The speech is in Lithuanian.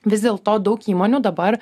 vis dėlto daug įmonių dabar